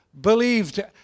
believed